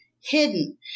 hidden